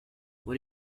what